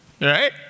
Right